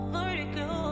Vertigo